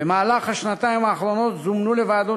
במהלך השנתיים האחרונות זומנו לוועדות